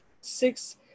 Six